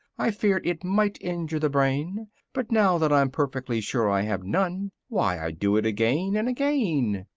i feared it might injure the brain but now that i'm perfectly sure i have none, why, i do it again and again.